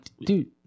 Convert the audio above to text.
dude